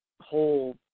whole